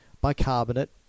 bicarbonate